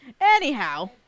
Anyhow